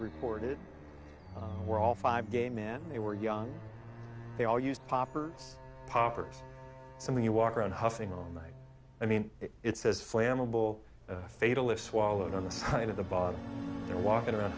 reported were all five gay men they were young they all used poppers poppers something you walk around huffing all night i mean it's as flammable fatalist swallowed on the side of the bar and walking around